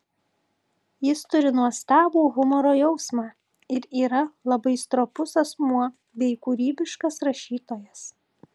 jis turi nuostabų humoro jausmą ir yra labai stropus asmuo bei kūrybiškas rašytojas